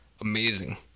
amazing